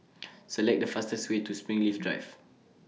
Select The fastest Way to Springleaf Drive